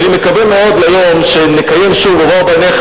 ואני מקווה מאוד ליום שנקיים שוב "ובאו בניך